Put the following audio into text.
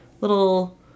Little